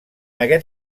aquest